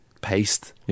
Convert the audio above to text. paste